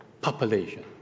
population